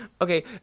Okay